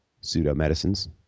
pseudo-medicines